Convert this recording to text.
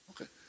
Okay